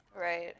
Right